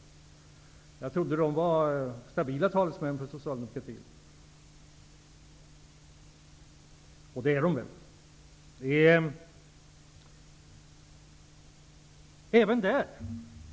Jag trodde att de sistnämnda var stabila talesmän för Socialdemokratin, och det är de väl.